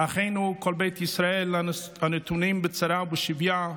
"אחינו כל בית ישראל הנתונים בצרה בשביה,